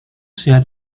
sehat